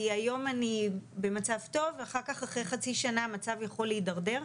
כי היום אני במצב טוב ואחר כך אחרי חצי שנה המצב יכול להתדרדר.